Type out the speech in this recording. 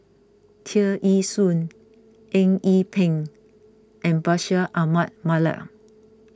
Tear Ee Soon Eng Yee Peng and Bashir Ahmad Mallal